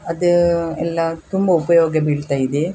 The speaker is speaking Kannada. ಅದು ಎಲ್ಲ ತುಂಬ ಉಪಯೋಗ ಬೀಳ್ತಾಯಿದೆ